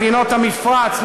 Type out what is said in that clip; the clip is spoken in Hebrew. מדינות המפרץ.